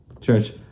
Church